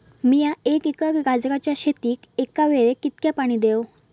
मीया एक एकर गाजराच्या शेतीक एका वेळेक कितक्या पाणी देव?